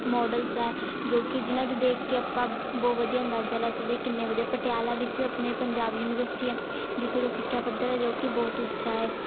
models ਹੈ ਜੋ ਕਿ ਜਿਨ੍ਹਾਂ ਨੂੰ ਦੇਖ ਕੇ ਆਪਾਂ ਬਹੁਤ ਵਧੀਆ ਅੰਦਾਜ਼ਾ ਲਾ ਸਕਦੇ ਹਾਂ ਕਿੰਨੇ ਵਧੀਆ ਪਟਿਆਲਾ ਵਿੱਚ ਆਪਣੇ ਪੰਜਾਬ ਯੂਨੀਵਰਸਿਟੀ ਆ ਜਿੱਥੋਂ ਦਾ ਸਿੱਖਿਆ ਪੱਧਰ ਹੈ ਜੋ ਕਿ ਬਹੁਤ ਉੱਚਾ ਹੈ